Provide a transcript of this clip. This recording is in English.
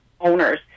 owners